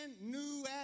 new